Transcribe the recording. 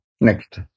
Next